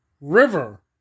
River